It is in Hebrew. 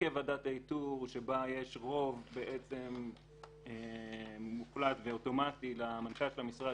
יש בה רוב מוחלט ואוטומטי למנכ"ל של המשרד,